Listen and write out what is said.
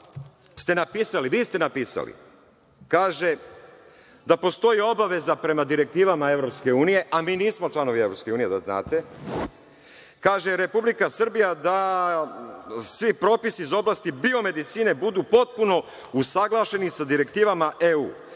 ste napisali, vi ste napisali, kaže da postoji obaveza prema direktivama EU, a mi nismo članovi EU, da znate, kaže – Republika Srbija da svi propisi iz oblasti biomedicine budu potpuno usaglašeni sa direktivama EU.